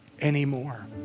anymore